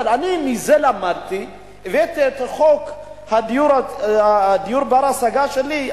אני למדתי מזה, הבאתי את חוק דיור בר-השגה שלי.